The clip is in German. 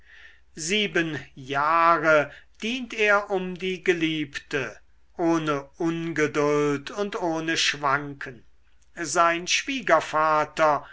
sieben jahre dient er um die geliebte ohne ungeduld und ohne wanken sein schwiegervater